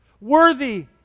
Worthy